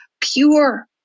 pure